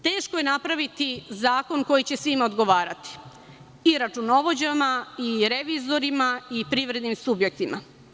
Teško je napraviti zakon koji će svima odgovarati i računovođama i revizorima i privrednim subjektima.